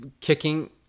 kicking